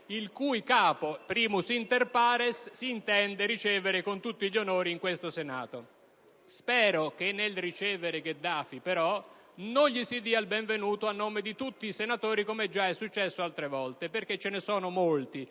il cui capo, *primus inter pares*, si intende ricevere con tutti gli onori in questo Senato. Spero che nel ricevere Gheddafi, però, non gli si dia il benvenuto a nome di tutti i senatori, come già è successo altre volte, perché ce ne sono molti